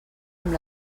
amb